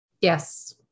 yes